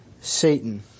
Satan